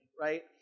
right